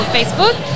Facebook